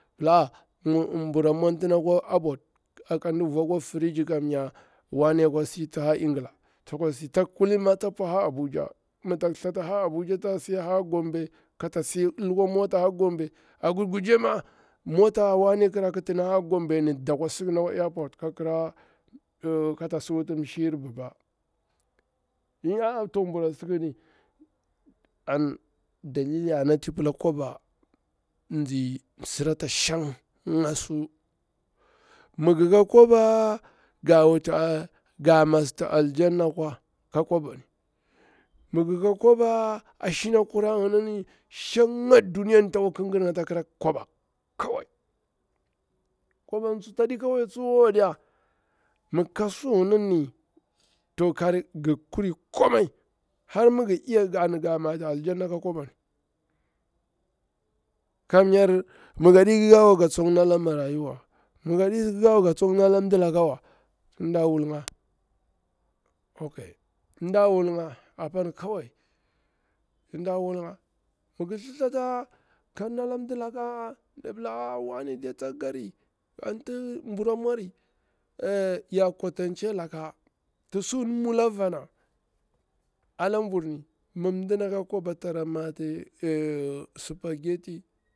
La mburu mwanta kwa asot kaɗi ru akwa fridge kamnya wane akwa si tsa ha ingila, tsa kwa si, kulin ma tsa pwa a abuja mi tak thata a abuja tasi a gombe kata lukwa mota a gombe a gurguje ma'a a wane kira kitini a gombe ni dakwa sibila akwa airport kamnya kata si wut msir baba, eyaa to bura sikini. An adili anti pila kwaba nzi msirata shanga su, mi ngika kwaba a wut nga masti aljanna akwa, mi ngi ka kwaba astina shanga duniya takwa kigira ata kira ga kwaba kawai, kwaban tsuwa tadi ka, mi ngi ka su ngini to gir kiri komai, har mi gir iya ga mati aljanna ka kwaba ni. Kamnyar mi gaɗi kikawa ga tsokti nala marayu wa, mi gedi kikewa ga nela mali laka wa, ya kwatance laka arana tishn mulni, mi dina ka kwaba ta mati abe ghetti supaggeti.